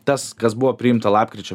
tas kas buvo priimta lapkričio